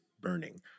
burning